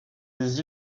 les